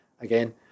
again